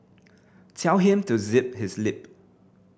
tell him to zip his lip